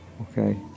okay